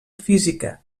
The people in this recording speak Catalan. física